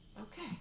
okay